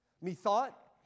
Methought